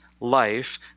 life